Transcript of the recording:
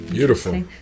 Beautiful